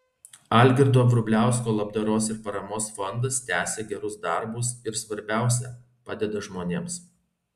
algirdo vrubliausko labdaros ir paramos fondas tęsia gerus darbus ir svarbiausia padeda žmonėms